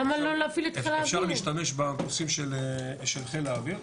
אפשר להשתמש במטוסים של חיל האוויר.